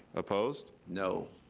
opposed? no.